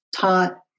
taught